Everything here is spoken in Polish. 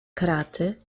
kraty